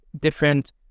different